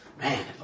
Man